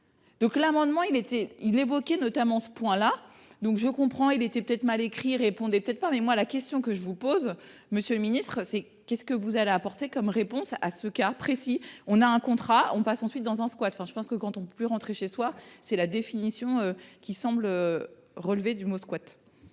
Donc l'amendement il était-il évoquer notamment ce point là, donc je comprends il était peut-être mal écrit répondait peut-être pas mais moi la question que je vous pose, Monsieur le Ministre, c'est qu'est-ce que vous allez apporter comme réponse à ce cas précis, on a un contrat, on passe ensuite dans un squat. Enfin je pense que quand on plus rentrer chez soi. C'est la définition qui semble relever du mot squat.